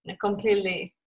completely